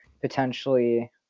potentially